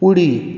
उडी